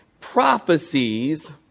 prophecies